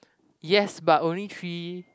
yes but only three